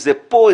איזה פה,